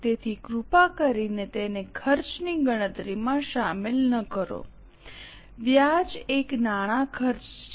તેથી કૃપા કરીને તેને ખર્ચની ગણતરીમાં શામેલ ન કરો વ્યાજ એક નાણાં ખર્ચ છે